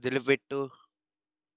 వదిలిపెట్టు